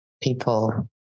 people